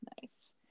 Nice